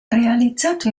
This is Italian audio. realizzato